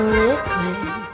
liquid